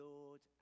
Lord